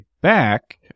back